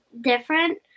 different